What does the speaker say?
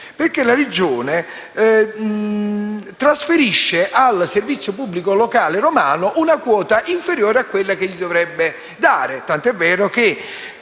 perché trasferisce al servizio pubblico locale romano una quota inferiore a quella che gli dovrebbe